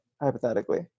hypothetically